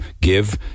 give